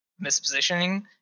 mispositioning